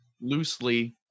Loosely